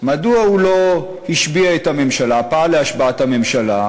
מדוע הוא לא השביע את הממשלה, פעל להשבעת הממשלה?